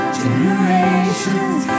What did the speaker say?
generations